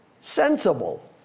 sensible